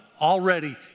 already